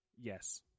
yes